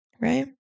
right